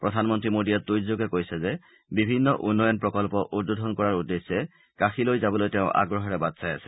প্ৰধানমন্ত্ৰী মোদীয়ে টুইট যোগে কৈছে যে বিভিন্ন উন্নয়ন প্ৰকল্প উদ্বোধন কৰাৰ উদ্দেশ্য কাশীলৈ যাবলৈ তেওঁ আগ্ৰহেৰে বাট চাই আছে